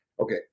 Okay